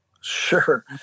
Sure